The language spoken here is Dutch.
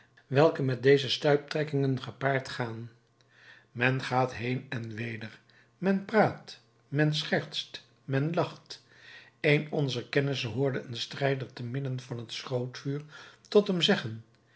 welke met deze stuiptrekkingen gepaard gaan men gaat heen en weder men praat men schertst men lacht een onzer kennissen hoorde een strijder te midden van het schrootvuur tot hem zeggen